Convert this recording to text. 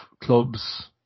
clubs